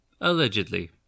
allegedly